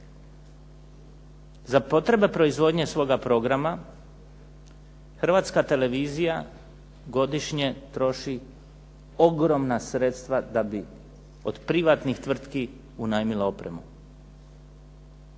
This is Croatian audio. Za potrebe proizvodnje svoga programa Hrvatska televizija godišnje troši ogromna sredstva da bi od privatnih tvrtki unajmila opremu.